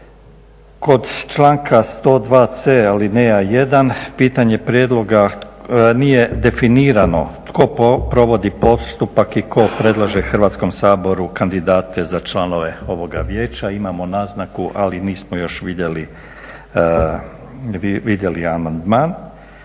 Kod članka 102c. alineja jedan pitanje prijedloga nije definirano tko provodi postupak i tko predlaže Hrvatskom saboru kandidate za članove ovoga vijeća. Imamo naznaku ali nismo još vidjeli amandman.